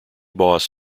boss